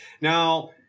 Now